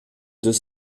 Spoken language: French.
deux